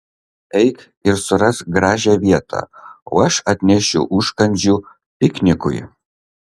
eik ir surask gražią vietą o aš atnešiu užkandžių piknikui